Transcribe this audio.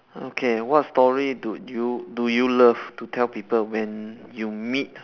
okay what story do you do you love to tell people when you meet